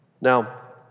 Now